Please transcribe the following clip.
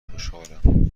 خوشحالم